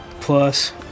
plus